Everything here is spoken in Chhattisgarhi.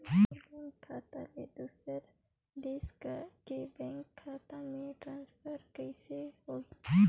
मोर बैंक खाता ले दुसर देश के बैंक खाता मे ट्रांसफर कइसे होही?